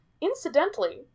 Incidentally